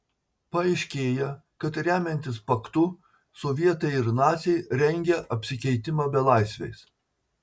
paaiškėja kad remiantis paktu sovietai ir naciai rengia apsikeitimą belaisviais